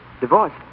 Divorce